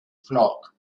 flock